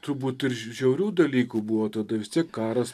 turbūt ir žiaurių dalykų buvo tada vis tiek karas